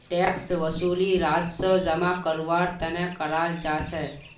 tax वसूली राजस्व जमा करवार तने कराल जा छे